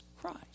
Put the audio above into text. Christ